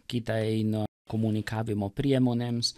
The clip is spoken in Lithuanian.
kita eina komunikavimo priemonėms